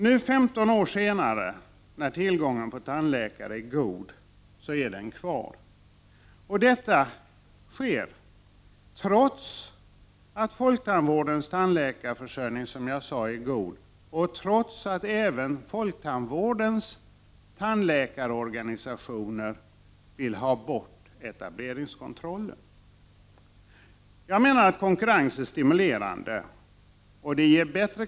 Nu 15 år senare, när tillgången på tandläkare är god, är etablerings kontrollen kvar, trots att folktandvårdens tandläkarförsörjning är god och = Prot. 1989/90:27 trots att även folktandvårdens tandläkarorganisationer vill ha bort etable 16 november 1989 ringskontrollen. Jag menar att konkurrens är stimulerande. Den ger bättre.